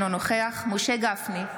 אינו נוכח משה גפני,